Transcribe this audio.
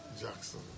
Jackson